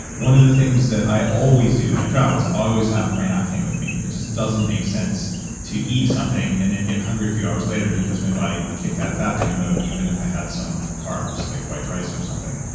one of the things that i always do when i travel is i always have brain octane with me. it just doesn't make sense to eat something and then get hungry a few hours later because my body kicked out of fat burning mode, even if i had some carbs, like white rice or something.